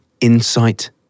Insight